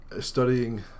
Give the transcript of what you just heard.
studying